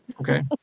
Okay